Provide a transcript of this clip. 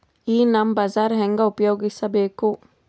ಈ ನಮ್ ಬಜಾರ ಹೆಂಗ ಉಪಯೋಗಿಸಬೇಕು?